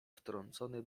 wtrącony